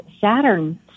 Saturn